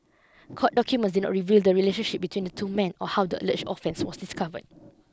court documents did not reveal the relationship between the two men or how the alleged offence was discovered